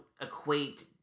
Equate